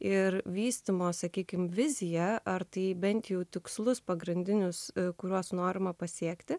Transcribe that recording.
ir vystymo sakykime viziją ar tai bent jau tikslus pagrindinius kuriuos norima pasiekti